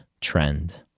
trend